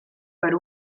per